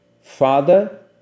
Father